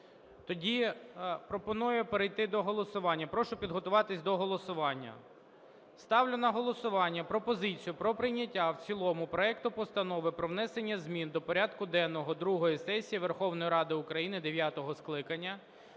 Тоді пропоную перейти до голосування. Прошу підготуватись до голосування. Ставлю на голосування пропозицію про прийняття в цілому проекту Постанови про внесення змін до порядку денного другої сесії Верховної Ради України дев'ятого скликання